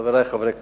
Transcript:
חברי חברי הכנסת,